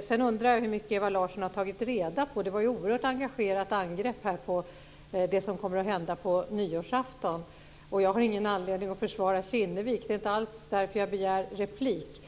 Sedan undrar jag hur mycket Ewa Larsson har tagit reda på. Det var ett oerhört engagerat angrepp på det som kommer att hända på nyårsafton. Jag har ingen anledning att försvara Kinnevik. Det är inte alls därför jag begär replik.